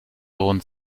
rund